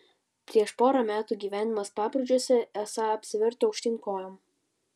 prieš porą metų gyvenimas paprūdžiuose esą apsivertė aukštyn kojom